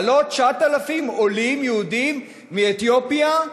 להעלות 9,000 עולים יהודים מאתיופיה,